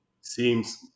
seems